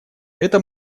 это